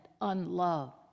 unloved